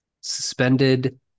Suspended